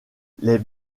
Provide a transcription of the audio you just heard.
les